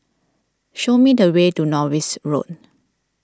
show me the way to Norris Road